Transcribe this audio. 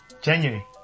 January